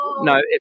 No